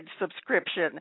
subscription